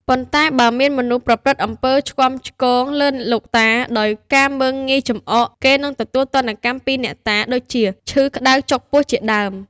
ប៉ុន្តែបើមានមនុស្សប្រព្រឹត្តអំពើឆ្គាំឆ្គងលើលោកតា ដោយការមើលងាយ ចំអក គេនឹងទទួលទណ្ឌកម្មពីអ្នកតា ដូចជាឈឺក្តៅចុកពោះជាដើម។